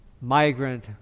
migrant